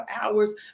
hours